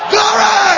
Glory